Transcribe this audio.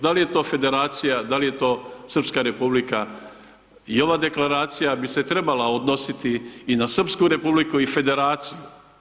Da li je to Federacija, da li je to Srpska Republika i ova Deklaracija bi se trebala odnositi i na Srpsku Republiku i Federaciju.